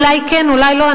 אולי כן אולי לא,